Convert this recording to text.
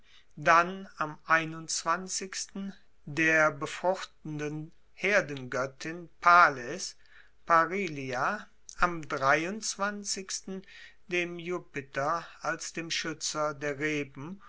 dann am der befruchtenden herdengoettin pales parilia am dem jupiter als dem schuetzer der reben